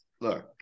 look